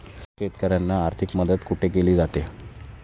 शेतकऱ्यांना आर्थिक मदत कुठे केली जाते?